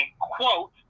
quote